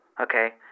Okay